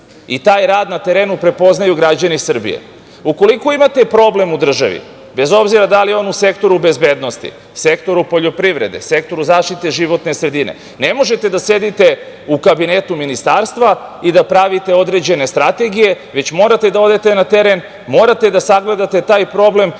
i taj rad na terenu prepoznaju građani Srbije. Ukoliko imate problem u državi, bez obzira da li je on u sektoru bezbednosti, sektoru poljoprivrede, sektoru zaštite životne sredine, ne možete da sedite u kabinetu Ministarstva i da pravite određene strategije, već morate da odete na teren, morate da sagledate taj problem i